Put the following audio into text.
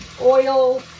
oil